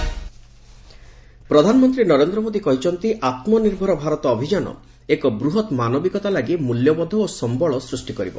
PM Bhagavad Gita ପ୍ରଧାନମନ୍ତ୍ରୀ ନରେନ୍ଦ୍ର ମୋଦୀ କହିଛନ୍ତି ଆତ୍ମନିର୍ଭର ଭାରତ ଅଭିଯାନ ଏକ ବୃହତ ମାନବିକତା ଲାଗି ମୂଲ୍ୟବୋଧ ଓ ସମ୍ବଳ ସୃଷ୍ଟି କରିବ